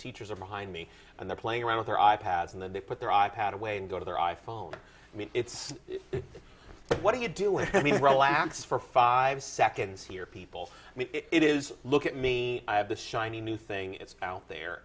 teachers or behind me and they're playing around with their i pads and then they put their i pad away and go to their i phone i mean it's so what are you doing i mean relax for five seconds here people i mean it is look at me i have the shiny new thing it's out there